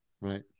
Right